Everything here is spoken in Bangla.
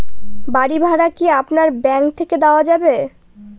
বাড়ী ভাড়া কি আপনার ব্যাঙ্ক থেকে দেওয়া যাবে?